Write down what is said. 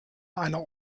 einer